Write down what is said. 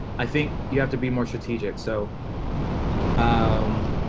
i think you have to be more strategic so um